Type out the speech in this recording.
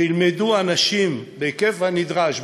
כשילמדו אנשים בהיקף הנדרש,